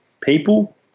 people